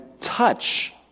touch